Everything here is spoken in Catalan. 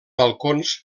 balcons